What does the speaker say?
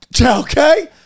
okay